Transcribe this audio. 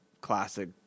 classic